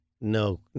No